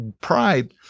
pride